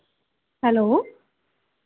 hello